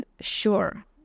sure